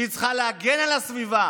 שצריכה להגן על הסביבה